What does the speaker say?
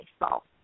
baseball